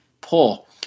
pull